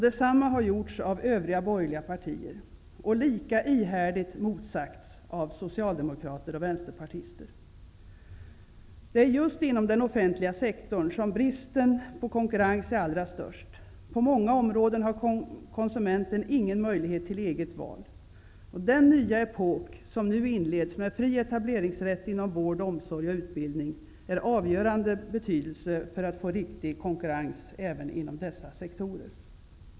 Detsamma har gjorts av övriga borgerliga partier, och det har lika ihärdigt motsagts av socialdemokrater och vänsterpartister. Det är just inom den offentliga sektorn som bristen på konkurrens är allra störst. På många områden har konsumenten ingen möjlighet till eget val. Den nya epok som nu inleds med fri etableringsrätt inom vård, omsorg och utbildning är av avgörande betydelse för att få riktig konkurrens även inom dessa sektorer.